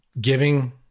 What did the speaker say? giving